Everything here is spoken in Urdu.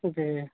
جی